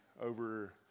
over